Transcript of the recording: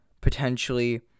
potentially